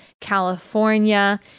California